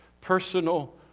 personal